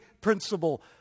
principle